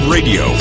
Radio